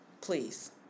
please